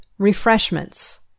Refreshments